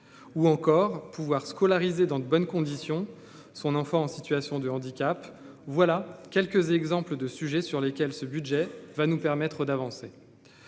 ou encore pouvoir scolariser dans de bonnes conditions, son enfant en situation de handicap, voilà quelques exemples de sujets sur lesquels ce budget va nous permettre d'avancer